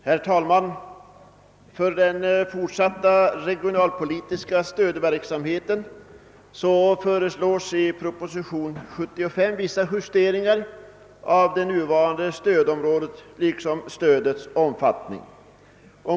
Herr talman! För den fortsatta regionalpolitiska stödverksamheten föreslås i propositionen 75 vissa justeringar av det nuvarande stödområdet liksom av stödets omfattning.